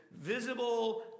visible